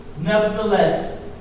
Nevertheless